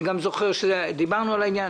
אני גם זוכר שדיברנו על העניין.